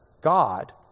God